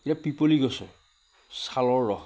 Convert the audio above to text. এতিয়া পিপলি গছৰ ছালৰ ৰস